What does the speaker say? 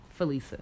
Felisa